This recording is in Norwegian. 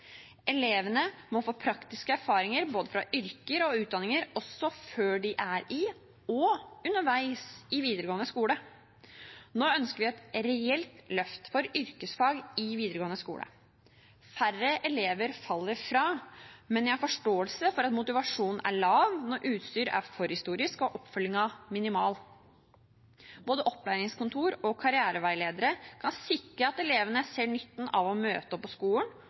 Elevene må få praktiske erfaringer fra både yrker og utdanninger også før de er i og underveis i videregående skole. Nå ønsker vi et reelt løft for yrkesfag i videregående skole. Færre elever faller fra, men jeg har forståelse for at motivasjonen er lav når utstyret er forhistorisk og oppfølgingen minimal. Både opplæringskontor og karriereveiledere kan sikre at elevene ser nytten av å møte opp på skolen